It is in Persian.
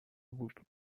بود